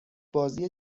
بازی